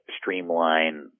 streamline